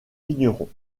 vignerons